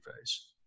face